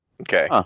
Okay